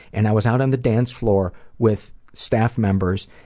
and i was out on the dance floor with staff members,